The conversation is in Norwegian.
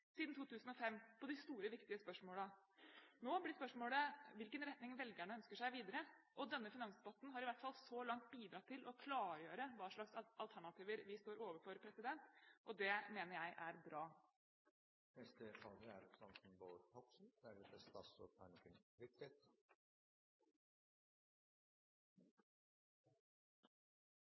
siden 2005 når det gjelder de store og viktige spørsmålene. Nå blir spørsmålet hvilken retning velgerne ønsker seg videre. Denne finansdebatten har i hvert fall så langt bidratt til å klargjøre hva slags alternativer vi står overfor, og det mener jeg er bra. Debatten i dag viser til fulle at det er